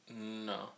no